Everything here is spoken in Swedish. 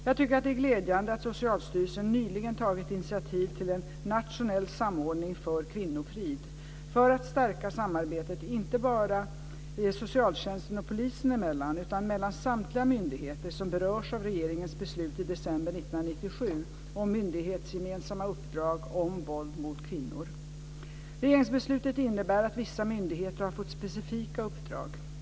Jag tycker att det är glädjande att Socialstyrelsen nyligen tagit initiativ till "Nationell samordning för kvinnofrid" för att stärka samarbetet inte bara socialtjänsten och polisen emellan, utan också mellan samtliga myndigheter som berörs av regeringens beslut i december 1997 om myndighetsgemensamma uppdrag om våld mot kvinnor. Regeringsbeslutet innebär att vissa myndigheter har fått specifika uppdrag.